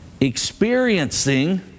experiencing